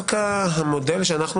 מעבר לזה, הוא